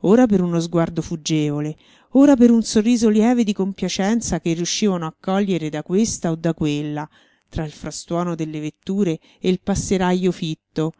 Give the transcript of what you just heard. ora per uno sguardo fuggevole ora per un sorriso lieve di compiacenza che riuscivano a cogliere da questa o da quella tra il frastuono delle vetture e il passerajo fitto